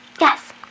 Yes